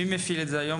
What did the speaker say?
מי מפעיל את זה היום?